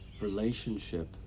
relationship